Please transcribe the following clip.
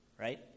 right